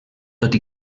tot